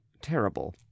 terrible